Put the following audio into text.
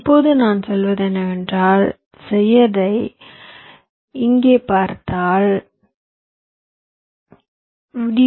இப்போது நான் சொல்வது என்னவென்றால் செய்ததை இங்கே பார்த்தால் எனவே வி